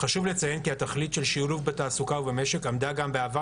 חשוב לציין כי התכלית של שילוב בתעסוקה ובמשק עמדה גם בעבר